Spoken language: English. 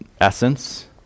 essence